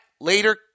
Later